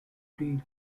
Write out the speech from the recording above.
deal